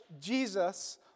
Jesus